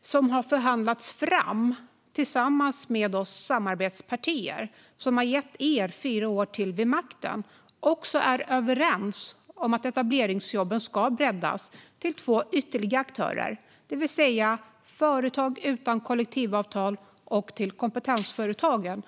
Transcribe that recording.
som har förhandlats fram tillsammans med oss samarbetspartier, vilka har gett er fyra år till vid makten, också är överens om att etableringsjobben ska breddas till två ytterligare aktörer, det vill säga företag utan kollektivavtal och kompetensföretagen.